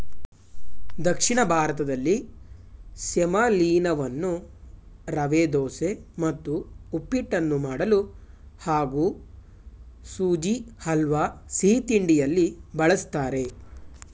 ದಕ್ಷಿಣ ಭಾರತದಲ್ಲಿ ಸೆಮಲೀನವನ್ನು ರವೆದೋಸೆ ಮತ್ತು ಉಪ್ಪಿಟ್ಟನ್ನು ಮಾಡಲು ಹಾಗೂ ಸುಜಿ ಹಲ್ವಾ ಸಿಹಿತಿಂಡಿಯಲ್ಲಿ ಬಳಸ್ತಾರೆ